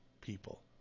people